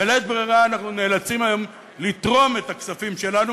בלית ברירה אנחנו נאלצים היום לתרום את הכספים שלנו,